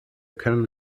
können